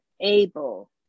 able